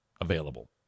available